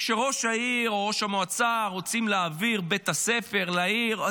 כשראש העיר או ראש המועצה רוצים להעביר בית ספר לעיר,